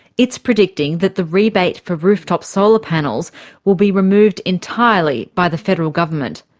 it's predicting that the rebate for rooftop solar panels will be removed entirely by the federal government.